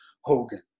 Hogan